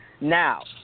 Now